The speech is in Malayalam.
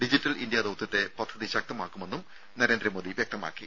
ഡിജിറ്റൽ ഇന്ത്യ ദൌത്യത്തെ പദ്ധതി ശക്തമാക്കുമെന്നും നരേന്ദ്രമോദി വ്യക്തമാക്കി